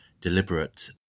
deliberate